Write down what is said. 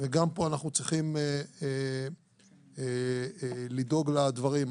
וגם פה אנחנו צריכים לדאוג לדברים.